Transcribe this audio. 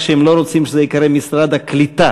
שהם לא רוצים שזה ייקרא משרד הקליטה,